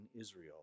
Israel